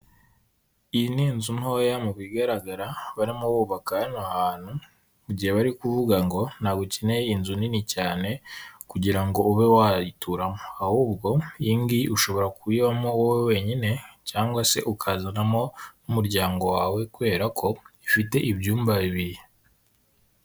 Iyi ni inzu ntoya mu bigaragara barimo kubaka ahantu mu gihe bari kuvuga ngo ntago ukeneye inzu nini cyane kugirango ngo ube wayituramo ahubwo iyigiyi ushobora kuyibamo wowe wenyine cyangwa se ukazanamo n'umuryango wawe kubera ko ufite ibyumba bibiri.